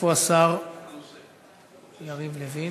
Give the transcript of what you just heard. איפה השר יריב לוין?